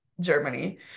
Germany